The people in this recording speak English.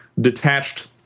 detached